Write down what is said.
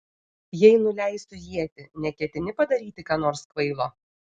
jei nuleisiu ietį neketini padaryti ką nors kvailo